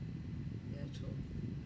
ya true